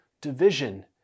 division